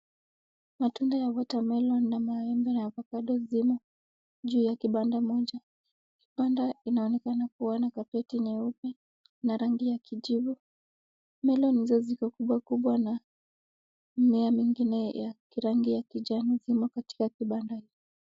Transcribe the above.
Matunda ya water melon na mayai na avokando mzuri juu ya kibanda moja, kibanda inaonekana kuwa nyeupe an rangi ya kijani. melon hizo ziko kubwakubwa na mimea nyingine za rangi ya kijani iko katika kibanda.